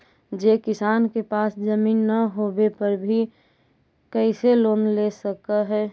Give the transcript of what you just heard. जे किसान के पास जमीन न होवे पर भी कैसे लोन ले सक हइ?